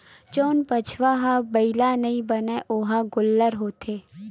जउन बछवा ह बइला नइ बनय ओ ह गोल्लर होथे